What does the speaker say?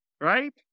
Right